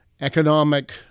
economic